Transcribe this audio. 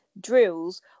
drills